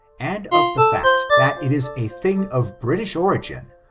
and of the fact that it is a thing of british origin,